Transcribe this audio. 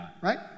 right